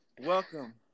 Welcome